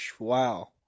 wow